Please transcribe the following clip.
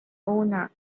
owner